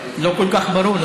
לא כל כך ברור,